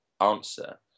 answer